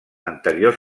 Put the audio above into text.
anteriors